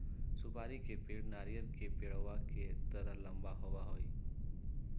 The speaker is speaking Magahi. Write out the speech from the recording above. सुपारी के पेड़ नारियल के पेड़वा के तरह लंबा होबा हई